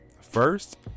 First